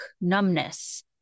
numbness